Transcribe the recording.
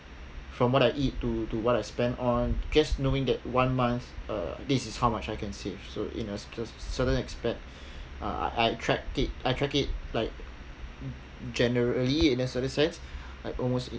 from what I eat to to what I spend on just knowing that one month uh this is how much I can save so in a certain aspect uh I tracked it I track it like generally in a certain sense like almost